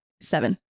seven